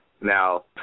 Now